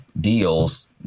deals